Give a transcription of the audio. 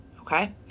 Okay